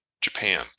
japan